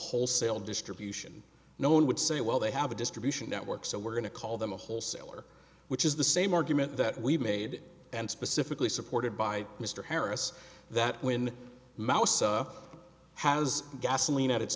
wholesale distribution no one would say well they have a distribution network so we're going to call them a wholesaler which is the same argument that we've made and specifically supported by mr harris that when mousa has gasoline at its